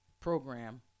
program